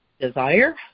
desire